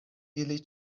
ili